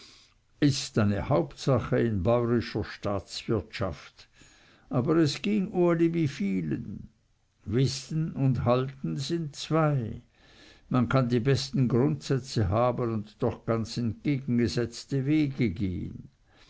ist eine hauptsache in bäuerischer staatswirtschaft aber es ging uli wie vielen wissen und halten sind zwei man kann die besten grundsätze haben und doch ganz entgegengesetzte wege gehen